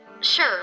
sure